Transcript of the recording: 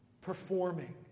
performing